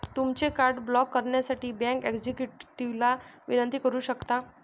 तुमचे card block करण्यासाठी bank एक्झिक्युटिव्हला विनंती करू शकता